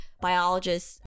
biologists